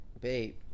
Babe